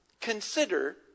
consider